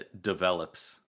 develops